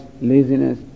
laziness